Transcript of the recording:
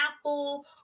Apple